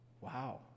Wow